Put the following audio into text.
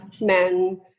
men